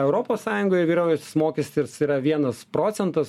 europos sąjungoje vyraujantis mokestis yra vienas procentas